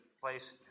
place